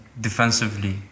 defensively